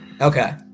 Okay